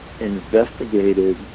investigated